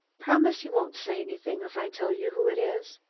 promise you won't say anything if i tell you who it is?